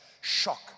shock